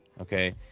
Okay